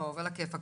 טוב, עלא כיפאק.